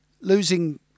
Losing